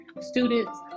students